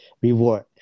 Reward